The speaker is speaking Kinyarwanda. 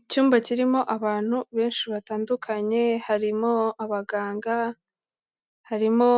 Icyumba kirimo abantu benshi batandukanye harimo abaganga, harimo